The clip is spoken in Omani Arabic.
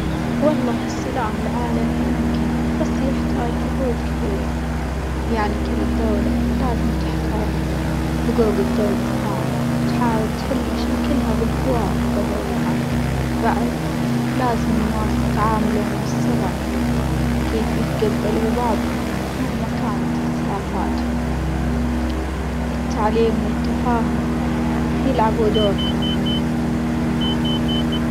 والله السلام العالمي ممكن بس يحتاج جهود كبيرة يعني دولة لازم تحترم حجوج الدولة الثانية وتحاول تحل مشاكلها بالحوار بدل الحرب، بعد لازم الناس يتعاملوا من الصغر كيف يتجبلوا بعضهم مهما كانت اختلافاتهم، التعليم والتفاهم يلعبوا دور كبير.